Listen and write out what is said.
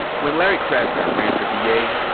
when larry krasner ran for da,